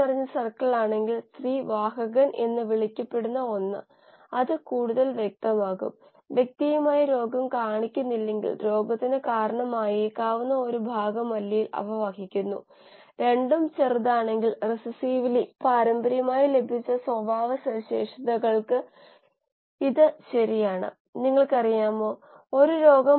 നമ്മൾ ആദ്യം കോശത്തിനെ ഒരു കറുത്ത പെട്ടിയായി കാണും നിങ്ങൾക്കറിയാമോ ഈ സ്റ്റൈക്കിയോമെട്രിക് വശങ്ങൾ കറുത്ത പെട്ടി എന്താണ് ഇവിടെ സംഭവിക്കുന്നത് നമ്മൾക്ക് എന്തുചെയ്യാൻ പറ്റും